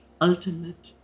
ultimate